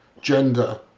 gender